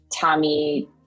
Tommy